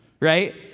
right